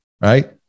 right